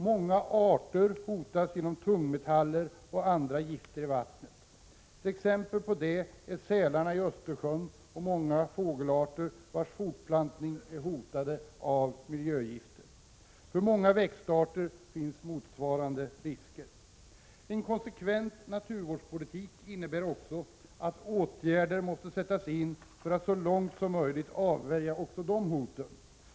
Många arter hotas genom tungmetaller och andra gifter i vattnet. Ett exempel på detta är sälarna i Östersjön och många fågelarter, vilkas fortplantning är hotad av miljögifter. För många växtarter finns motsvarande risker. En konsekvent naturvårdspolitik innebär också att åtgärder måste sättas in för att så långt som möjligt avvärja också dessa hot.